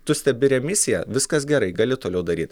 tu stebi remisiją viskas gerai gali toliau daryt